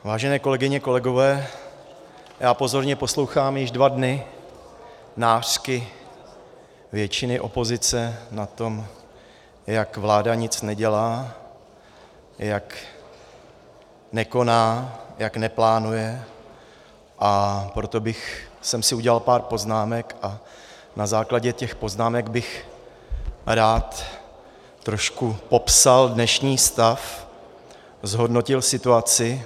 Vážené kolegyně, kolegové, pozorně poslouchám již dva dny nářky většiny opozice na to, jak vláda nic nedělá, jak nekoná, jak neplánuje, a proto jsem si udělal pár poznámek a na základě těch poznámek bych rád trošku popsal dnešní stav, zhodnotil situaci.